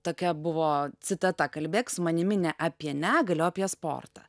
tokia buvo citata kalbėk su manimi ne apie negalią o apie sportą